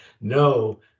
No